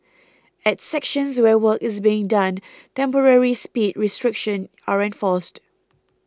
at sections where work is being done temporary speed restrictions are enforced